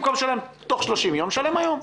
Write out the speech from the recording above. במקום לשלם תוך 30 יום, שתשלם היום.